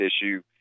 issue